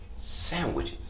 sandwiches